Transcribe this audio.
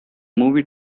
movie